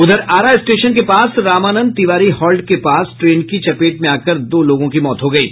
उधर आरा स्टेशन के पास रामानंद तिवारी हॉल्ट के पास ट्रेन की चपेट में आकर दो लोगों की मौत हो गयी